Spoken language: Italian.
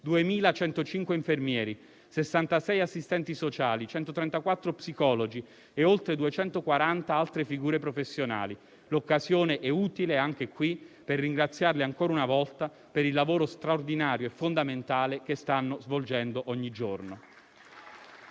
2.105 infermieri, 66 assistenti sociali, 134 psicologi e oltre 240 altre figure professionali. L'occasione è utile, anche qui, per ringraziarli ancora una volta per il lavoro straordinario e fondamentale che stanno svolgendo ogni giorno.